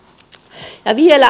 ja vielä